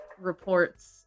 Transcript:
reports